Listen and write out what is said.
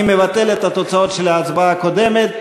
אני מבטל את התוצאות של ההצבעה הקודמת,